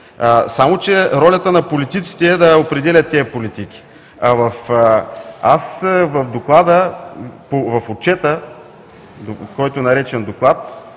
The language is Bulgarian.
Само че ролята на политиците е да определят тези политики. В отчета, който е наречен „Доклад“,